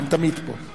הם תמיד פה.